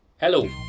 Hello